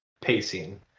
pacing